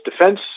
defense